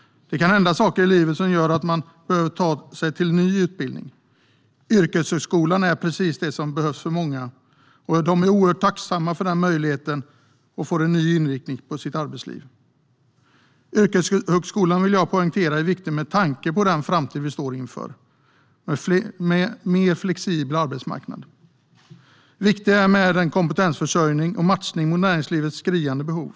Det kan hända saker i livet som gör att man behöver ta till sig ny utbildning. Yrkeshögskolan är precis det som behövs för många, och de är oerhört tacksamma för denna möjlighet att ge arbetslivet en ny inriktning. Jag vill poängtera att yrkeshögskolan är viktig med tanke på den framtid vi står inför, med en mer flexibel arbetsmarknad. Den är viktig för kompetensförsörjning och matchning mot näringslivets skriande behov.